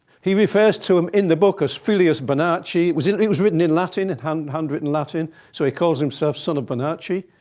he refers to him in the book as filius bonacci. it it was written in latin, and handwritten latin, so he calls himself son of bonacci.